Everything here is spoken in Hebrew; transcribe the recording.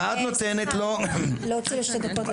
סליחה, להוציא לשתי דקות את יוסף.